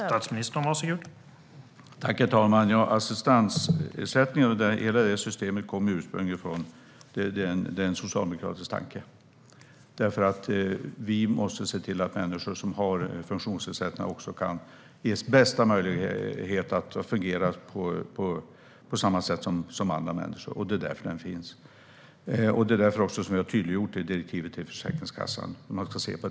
Herr talman! Hela systemet med assistansersättningen är ursprungligen en socialdemokratisk tanke. Människor med funktionsnedsättning måste ges bästa möjliga chans att fungera på samma sätt som andra människor. Det är därför ersättningen finns. Det har tydliggjorts i direktivet till Försäkringskassan.